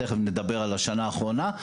ותיכף נדבר על השנה האחרונה.